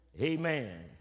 Amen